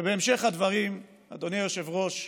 ובהמשך הדברים, אדוני היושב-ראש,